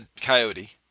coyote